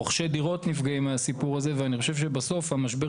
רוכשי הדירות נפגעים מהסיפור הזה ואני חושב שבסוף משבר